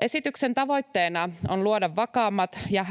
Esityksen tavoitteena on luoda vakaammat ja